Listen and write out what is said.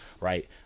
right